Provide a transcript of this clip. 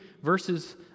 verses